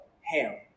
Ham